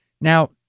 Now